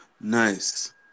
Nice